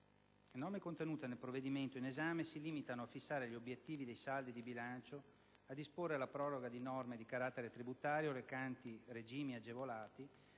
Le norme contenute nel provvedimento in esame si limitano infatti, come di consueto, a fissare gli obiettivi dei saldi di bilancio, a disporre la proroga di norme di carattere tributario recanti regimi agevolati,